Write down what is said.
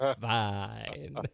fine